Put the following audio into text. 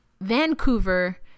Vancouver